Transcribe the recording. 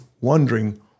wondering